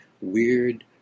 weird